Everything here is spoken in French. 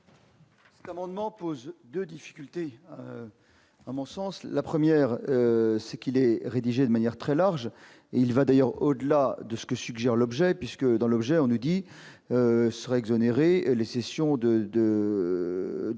Cet amendement pose deux difficultés à mon sens. La première, c'est qu'il est rédigé de manière très large. Il va d'ailleurs au-delà de ce que suggère l'objet, qui évoque les cessions de